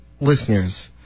listeners